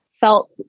felt